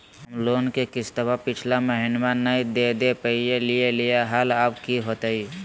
हम लोन के किस्तवा पिछला महिनवा नई दे दे पई लिए लिए हल, अब की होतई?